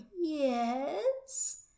Yes